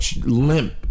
limp